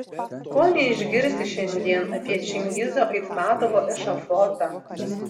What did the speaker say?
ko neišgirsi šiandien apie čingizo aitmatovo ešafotą